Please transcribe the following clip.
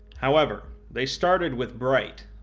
however, they started with bright,